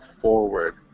forward